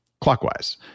clockwise